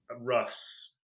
Russ